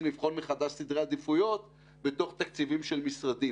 מחדש סדרי עדיפויות בתוך תקציבים של משרדים.